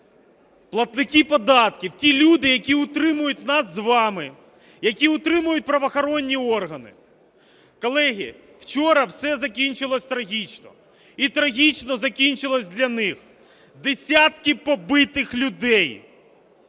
платники податків, ті люди, які утримують нас з вами, які утримують правоохоронні органи. Колеги, вчора все закінчилось трагічно, і трагічно закінчилось для них: десятки побитих людей,